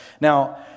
Now